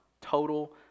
total